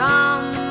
Come